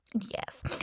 Yes